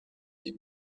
des